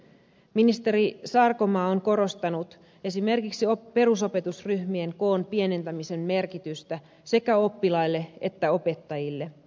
ministeri sarkomaa on korostanut esimerkiksi perusopetusryhmien koon pienentämisen merkitystä sekä oppilaille että opettajille